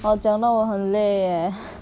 我讲到我很累 eh